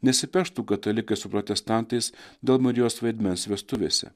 nesipeštų katalikai su protestantais dėl marijos vaidmens vestuvėse